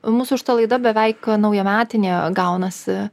mūsų šita laida beveik naujametinė gaunasi